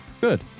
good